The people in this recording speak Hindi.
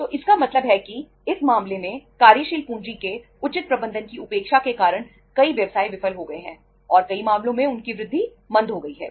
तो इसका मतलब है कि इस मामले में कार्यशील पूंजी के उचित प्रबंधन की उपेक्षा के कारण कई व्यवसाय विफल हो गए हैं और कई मामलों में उनकी वृद्धि मंद हो गई है